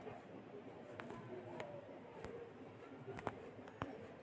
गेंहू की फसल के अच्छे पोषण के लिए क्या करना चाहिए?